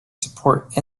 support